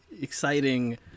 exciting